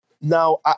Now